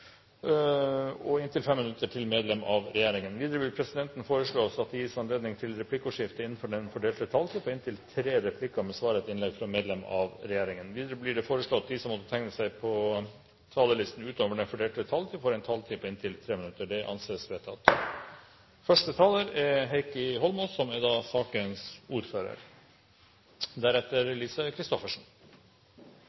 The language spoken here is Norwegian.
og inntil 5 minutter til medlem av regjeringen. Videre vil presidenten foreslå at det gis anledning til replikkordskifte på inntil tre replikker med svar etter innlegg fra medlem av regjeringen innenfor den fordelte taletid. Videre blir det foreslått at de som måtte tegne seg på talerlisten utover den fordelte taletid, får en taletid på inntil 3 minutter. – Det anses vedtatt. Første taler er Heikki Holmås, som er sakens ordfører.